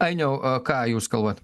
ainiau o ką jūs kalbat